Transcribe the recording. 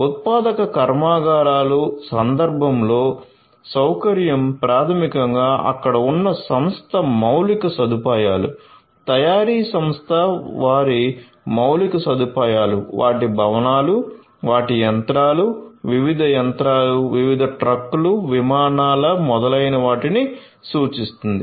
ఉత్పాదక కర్మాగారాల సందర్భంలో సౌకర్యం ప్రాథమికంగా అక్కడ ఉన్న సంస్థ మౌలిక సదుపాయాలు తయారీ సంస్థ వారి మౌలిక సదుపాయాలు వాటి భవనాలు వాటి యంత్రాలు వివిధ యంత్రాలు వివిధ ట్రక్కులు విమానాల మొదలైనవాటిని సూచిస్తుంది